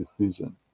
decision